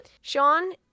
Sean